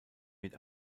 mit